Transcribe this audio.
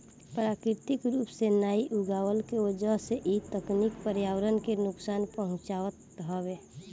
प्राकृतिक रूप से नाइ उगवला के वजह से इ तकनीकी पर्यावरण के नुकसान पहुँचावत हवे